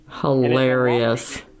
hilarious